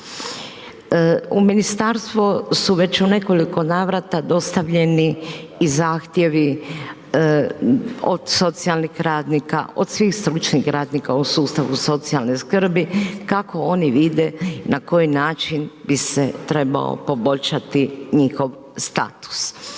U ministarstvo su već u nekoliko navrata dostavljeni i zahtjevi od socijalnih radnika, od svih stručnih radnika u sustavu socijalne skrbi, kako oni vide na koji način bi se trebao poboljšati njihov status.